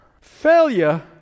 Failure